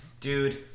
Dude